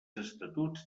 estatuts